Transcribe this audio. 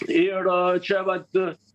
ir čia vat